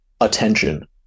attention